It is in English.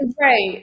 Right